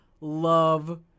love